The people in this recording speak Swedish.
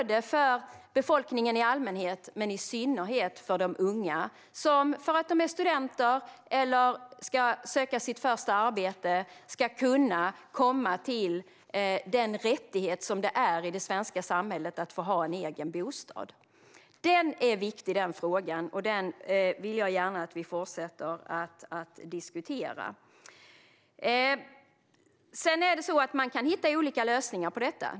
Det gäller befolkningen i allmänhet men i synnerhet de unga som - när de är studenter eller ska söka sitt första arbete - ska kunna få det som i det svenska samhället är en rättighet, nämligen att ha en egen bostad. Den frågan är viktig, och jag vill gärna att vi fortsätter att diskutera den. Sedan är det så att man kan hitta olika lösningar på detta.